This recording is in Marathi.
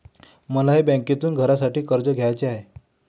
मलाही बँकेतून घरासाठी कर्ज घ्यायचे आहे